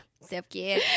Self-care